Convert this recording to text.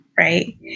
Right